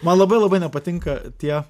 man labai labai nepatinka tie